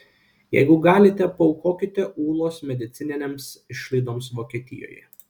jeigu galite paaukokite ūlos medicininėms išlaidoms vokietijoje